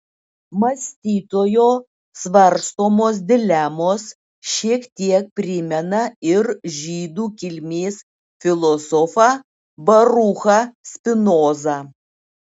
mąstytojo svarstomos dilemos šiek tiek primena ir žydų kilmės filosofą baruchą spinozą